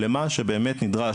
למה שבאמת נדרש,